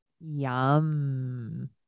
Yum